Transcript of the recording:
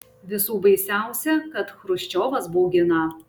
visų baisiausia kad chruščiovas baugina